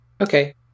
Okay